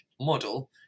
model